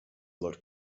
looked